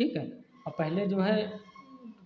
ठीक है और पहले जो है